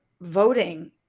voting